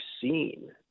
seen